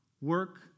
work